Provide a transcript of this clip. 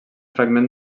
fragment